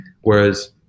whereas